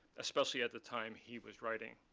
especially at the time he was writing.